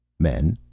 men?